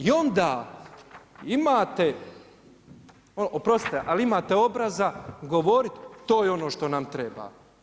I onda imate oprostite, ali imate obraza govoriti to je ono što nam treba.